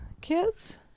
kids